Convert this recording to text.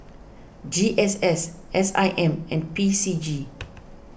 G S S S I M and P C G